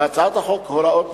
בהצעת החוק הוראות נוספות,